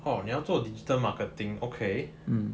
orh 你要做 digital marketing okay